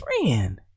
friend